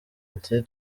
ati